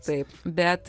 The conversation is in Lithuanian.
taip bet